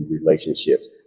relationships